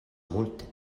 multe